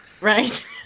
Right